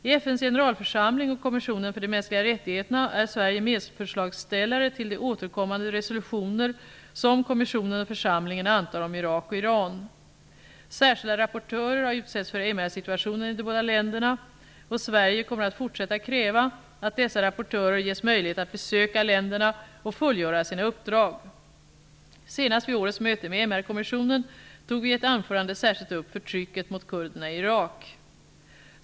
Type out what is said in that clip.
I FN:s generalförsamling och kommissionen för de mänskliga rättigheterna är Sverige medförslagsställare till de återkommande resolutioner som kommissionen och församlingen antar om Irak och Iran. Särskilda rapportörer har utsetts för MR-situationen i de båda länderna, och Sverige kommer att fortsätta kräva att dessa rapportörer ges möjlighet att besöka länderna och fullgöra sina uppdrag. Senast vid årets möte med MR-kommissionen tog vi i ett anförande särskilt upp förtrycket mot kurderna i Irak.